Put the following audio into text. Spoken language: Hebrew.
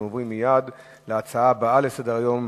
אנחנו עוברים מייד להצעה הבאה לסדר-היום,